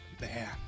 Man